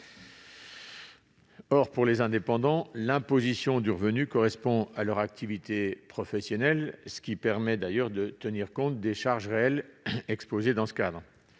Or, pour les indépendants, l'imposition du revenu correspond à leur activité professionnelle, ce qui permet de tenir compte des charges exposées dans ce cadre.